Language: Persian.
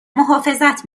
محافظت